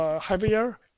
heavier